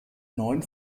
neun